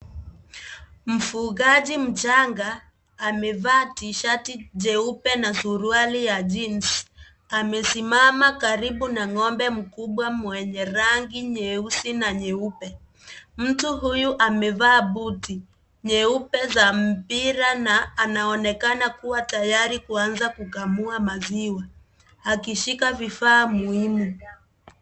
Mfugaji mchanga amevaa T-shirt jeupe na suruali ya jeans amesimama karibu na ng'ombe mkubwa mwenye rangi nyeusi na nyeupe. Mtu huyu amevaa boot nyeupe za mpira na anaonekana kuwa tayari kukamua maziwa, akishika bidhaa muhimu.